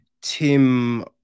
Tim